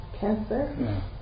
cancer